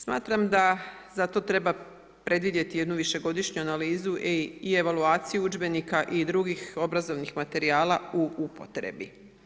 Smatram da za to treba predvidjeti jednu višegodišnju analizu i evaluaciju udžbenika i drugih obrazovnih materijala u upotrebi.